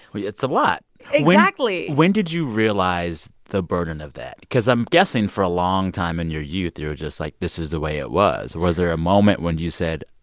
it's a lot exactly when did you realize the burden of that? because i'm guessing, for a long time in your youth, you were just like, this is the way it was. was there a moment when you said,